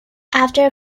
after